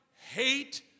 hate